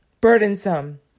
burdensome